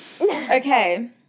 Okay